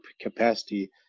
capacity